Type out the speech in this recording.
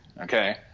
okay